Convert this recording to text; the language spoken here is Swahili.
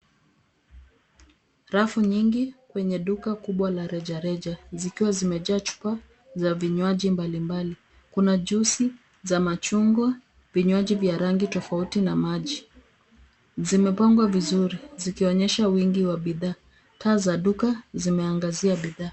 Rafu nyingi kwenye duka kubwa la rejareja, zikiwa zimejaa chupa za vinywaji mbalimbali. Kuna juisi za machungwa, vinywaji vya rangi tofauti na maji. Zimepangwa vizuri, zikionyesha wingi wa bidhaa. Taa za duka zinaangazia bidhaa.